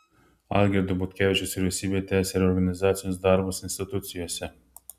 algirdo butkevičiaus vyriausybė tęsią reorganizacinius darbus institucijose